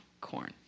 corn